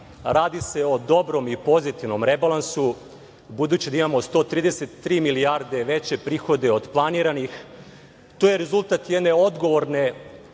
radi se o dobrom i pozitivnom rebalansu, budući da imamo 133 milijarde od planiranih. To je rezultat jedne odgovorne